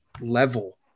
level